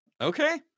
Okay